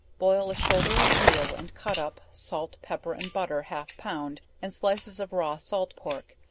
boil a shoulder of veal, and cut up, salt, pepper, and butter half pound, and slices of raw salt pork,